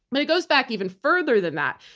but it goes back even further than that.